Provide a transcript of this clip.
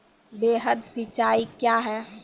वृहद सिंचाई कया हैं?